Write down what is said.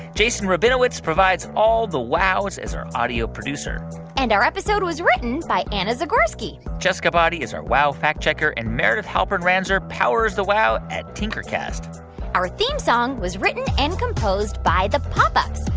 jason rabinowitz provides all the wows as our audio producer and our episode was written by anna zagorski jessica boddy is our wow fact checker. and meredith halpern-ranzer powers the wow at tinkercast our theme song was written and composed by the pop ups.